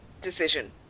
decision